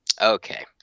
Okay